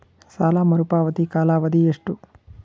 ಸಾಲ ಮರುಪಾವತಿಯ ಕಾಲಾವಧಿ ಎಷ್ಟು?